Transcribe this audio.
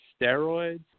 steroids